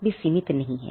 वे सीमित नहीं हैं